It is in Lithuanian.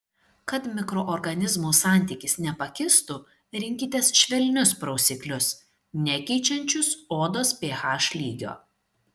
kad mikroorganizmų santykis nepakistų rinkitės švelnius prausiklius nekeičiančius odos ph lygio